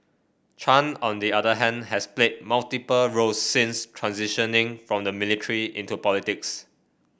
Chan on the other hand has played multiple roles since transitioning from the military into politics